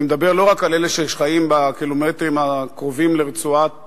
אני מדבר לא רק על אלה שחיים בקילומטרים הקרובים לרצועת-עזה,